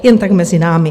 Jen tak mezi námi.